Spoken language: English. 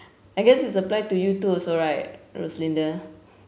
I guess it's apply to you too also right roslinda